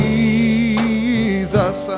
Jesus